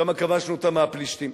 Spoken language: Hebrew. שמה כבשנו אותה מהפלישתים,